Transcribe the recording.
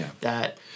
that-